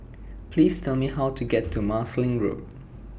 Please Tell Me How to get to Marsiling Road